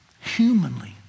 humanly